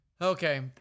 Okay